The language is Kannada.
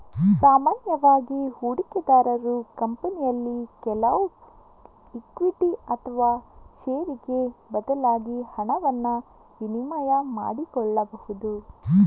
ಸಾಮಾನ್ಯವಾಗಿ ಹೂಡಿಕೆದಾರರು ಕಂಪನಿಯಲ್ಲಿ ಕೆಲವು ಇಕ್ವಿಟಿ ಅಥವಾ ಷೇರಿಗೆ ಬದಲಾಗಿ ಹಣವನ್ನ ವಿನಿಮಯ ಮಾಡಿಕೊಳ್ಬಹುದು